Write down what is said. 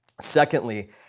Secondly